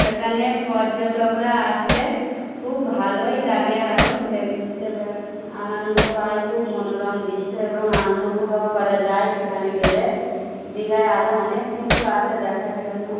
সেখানে পর্যটকরা আসলে খুব ভালোই লাগে আরও ঘুরে বেড়াতে আনন্দ পায় খুব মনোরম দৃশ্য এবং আনন্দ উপভোগ করা যায় সেখানে গেলে দীঘায় আরও অনেক কিছু আছে দেখার জন্য